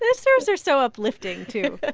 those shows are so uplifting, too.